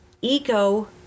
ego